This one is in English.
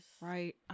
Right